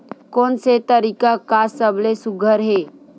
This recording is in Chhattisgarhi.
कोन से तरीका का सबले सुघ्घर हे?